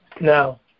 Now